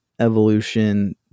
evolution